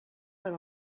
per